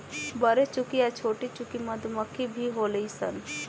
बरेचुकी आ छोटीचुकी मधुमक्खी भी होली सन